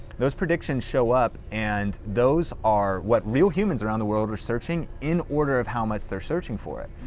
those predictions show up, and those are what really humans around the world are searching in order of how much they're searching for it.